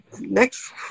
Next